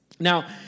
Now